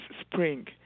spring